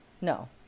No